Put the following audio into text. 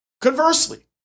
Conversely